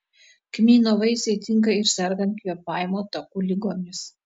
kmyno vaisiai tinka ir sergant kvėpavimo takų ligomis